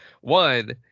one